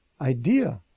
idea